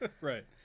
Right